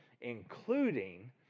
including